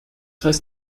heißt